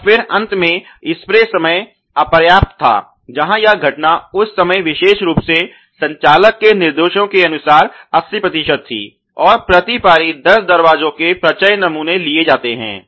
और फिर अंत में स्प्रे समय अपर्याप्त था जहां यह घटना उस समय विशेष रूप से संचालक के निर्देशों के अनुसार 80 प्रतिशत थी और प्रति पारी 10 दरवाजों के प्रचय नमूने लिए जाते हैं